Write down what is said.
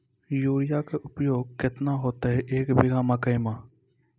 Urea के उपयोग केतना होइतै, एक बीघा मकई मे?